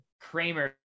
Kramer